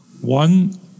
One